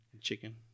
Chicken